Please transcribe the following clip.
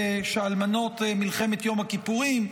אלמנות מלחמת יום הכיפורים,